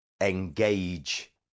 engage